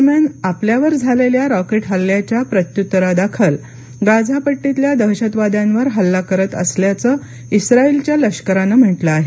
दरम्यान आपल्यावर झालेल्या रॉकेट हल्ल्याच्या प्रत्युत्तरादाखल गाझा पट्टीतल्या दहशतवाद्यांवर हल्ला करत असल्याचं इस्राइलच्या लष्करानं म्हटलं आहे